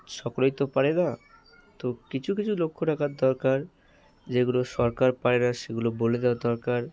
সকলেই তো পারে না তো কিছু কিছু লক্ষ রাখার দরকার যেগুলো সরকার পারে না সেগুলো বলে দেওয়া দরকার